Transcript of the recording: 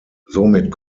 somit